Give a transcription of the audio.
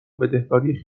بدهکاری